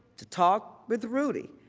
to talk with rudy.